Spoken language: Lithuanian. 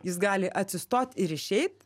jis gali atsistot ir išeit